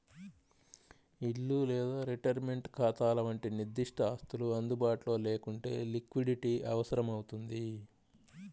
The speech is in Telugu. ఇల్లు లేదా రిటైర్మెంట్ ఖాతాల వంటి నిర్దిష్ట ఆస్తులు అందుబాటులో లేకుంటే లిక్విడిటీ అవసరమవుతుంది